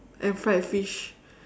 and fried fish